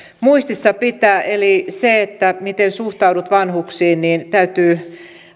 muistissa pitää eli siinä miten suhtaudut vanhuksiin täytyy